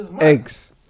eggs